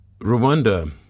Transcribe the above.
Rwanda